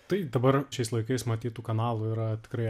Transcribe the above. tai dabar šiais laikais mat tų kanalų yra tikrai